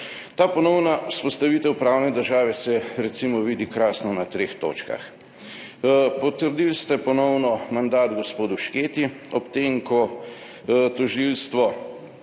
Ta ponovna vzpostavitev pravne države se recimo vidi krasno na treh točkah. Ponovno ste potrdili mandat gospodu Šketi ob tem, ko tožilstvo